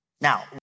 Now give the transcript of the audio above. Now